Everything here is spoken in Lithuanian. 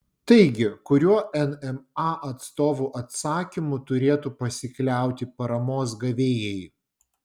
taigi kuriuo nma atstovų atsakymu turėtų pasikliauti paramos gavėjai